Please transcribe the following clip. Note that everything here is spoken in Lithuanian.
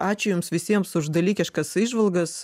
ačiū jums visiems už dalykiškas įžvalgas